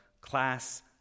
class